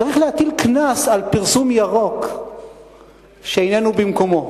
צריך להטיל קנס על פרסום ירוק שאיננו במקומו,